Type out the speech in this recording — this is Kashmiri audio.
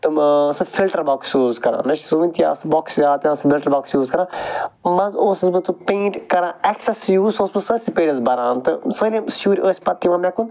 تِم ٲں سُہ فِلٹر بۄکٕس یوٗز کران مےٚ چھُ سُہ وُنہِ تہِ یاد بۄکُس یاد پیٚوان سُہ فلٹر بۄکٕس یوٗز کران منٛزٕ اوسُس بہٕ تِم پینٛٹ کران ایکسیٚس یوٗز سُہ اوس پتہٕ سٲرٕے سٕپیس بھران تہٕ سٲلِم شُرۍ أسۍ پتہٕ یوان مےٚ کُن